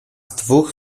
dwóch